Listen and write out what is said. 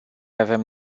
avem